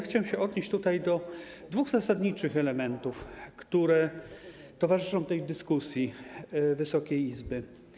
Chciałbym odnieść się do dwóch zasadniczych elementów, które towarzyszą tej dyskusji w Wysokiej Izbie.